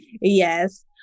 Yes